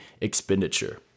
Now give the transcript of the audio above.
expenditure